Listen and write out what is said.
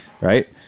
Right